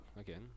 again